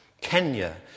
Kenya